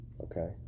okay